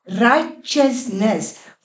Righteousness